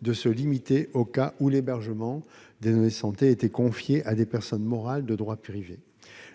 le champ aux cas où l'hébergement des données de santé était confié à des personnes morales de droit privé.